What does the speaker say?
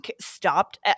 stopped